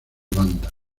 bandas